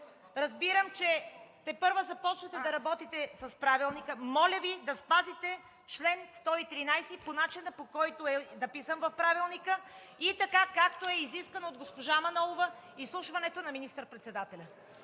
разбирам, че тепърва започвате да работите с Правилника, и моля Ви да спазите чл. 113 по начина, по който е написан в Правилника, и както е изискано от госпожа Манолова изслушването на министър-председателя.